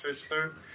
sister